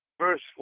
Verse